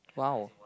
!wow!